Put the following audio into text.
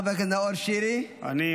חבר הכנסת נאור שירי, אינו נוכח.